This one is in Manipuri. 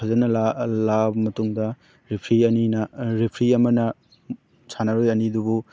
ꯐꯖꯅ ꯂꯥꯛꯑꯕ ꯃꯇꯨꯡꯗ ꯔꯦꯐ꯭ꯔꯤ ꯑꯅꯤꯅ ꯔꯦꯐ꯭ꯔꯤ ꯑꯃꯅ ꯁꯥꯟꯅꯔꯣꯏ ꯑꯅꯤꯗꯨꯕꯨ